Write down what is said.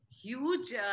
huge